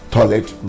Toilet